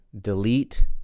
delete